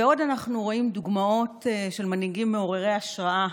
בעוד אנחנו רואים דוגמאות של מנהיגים מעוררי השראה,